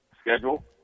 schedule